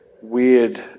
weird